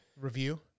review